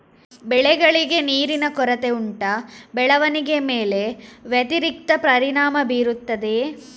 ಬೆಳೆಗಳಿಗೆ ನೀರಿನ ಕೊರತೆ ಉಂಟಾ ಬೆಳವಣಿಗೆಯ ಮೇಲೆ ವ್ಯತಿರಿಕ್ತ ಪರಿಣಾಮಬೀರುತ್ತದೆಯೇ?